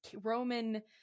Roman